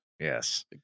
Yes